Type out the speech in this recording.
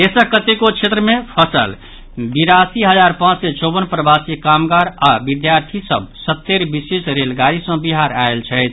देशक कतेको क्षेत्र मे फंसल बिरासी हजार पांच सय चौवन प्रवासी कामगार आओर विद्यार्थी सभ सत्तरि विशेष रेलगाड़ी सँ बिहार आयल छथि